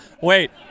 Wait